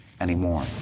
anymore